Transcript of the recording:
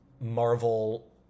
marvel